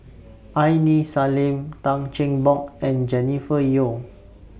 Aini Salim Tan Cheng Bock and Jennifer Yeo